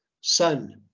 son